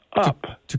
up